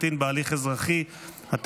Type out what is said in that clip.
בהליך אזרחי),